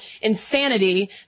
insanity